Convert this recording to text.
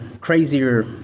crazier